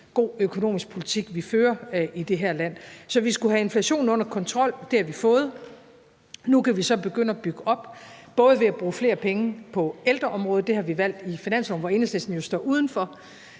god økonomisk politik i det her land. Så vi skulle have inflationen under kontrol, og det har vi fået. Nu kan vi så begynde at bygge op, bl.a. ved at bruge flere penge på ældreområdet. Det har vi valgt i finansloven, hvor Enhedslisten står udenfor.